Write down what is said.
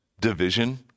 division